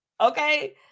Okay